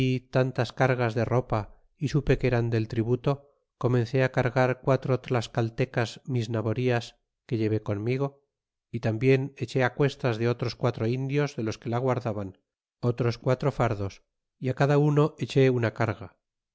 tantas cargas de ropa y supe que eran del tributo comencé cargar quatro tlascaltecas mis naborias que llevé conmigo y tarnbien eché cuestas de otros quatro indios de los que la guardaban otros quatro fardos y á cada uno eché una carga